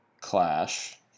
Clash